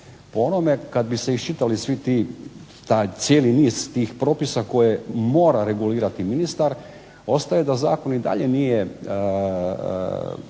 onome kad bi se iščitali svi ti, taj cijeli niz tih propisa koje mora regulirati ministar ostaje da zakon i dalje nije,